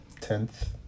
tenth